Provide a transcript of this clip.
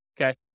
Okay